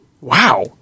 Wow